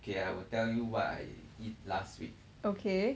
okay